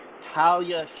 Talia